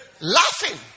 Laughing